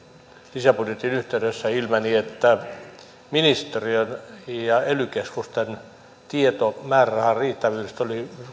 lisäbudjetin yhteydessä ilmeni että ministeriön ja ely keskusten tiedot määrärahan riittävyydestä